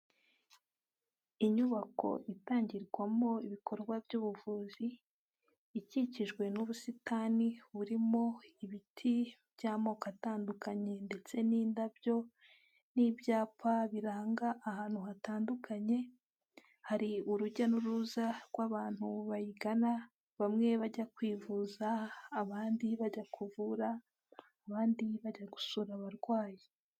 Inyubako itangirwamo ibikorwa by'ubuvuzi, ikikijwe n'ubusitani burimo ibiti by'amoko atandukanye ndetse n'indabyo n'ibyapa biranga ahantu hatandukanye, hari urujya n'uruza rw'abantu bayigana bamwe bajya kwivuza abandi bajya kuvura, abandi bajya gusura abarwayi.